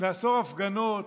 לאסור הפגנות,